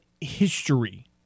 history